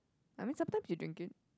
I mean sometimes you drink it